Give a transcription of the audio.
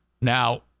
Now